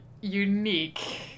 Unique